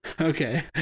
Okay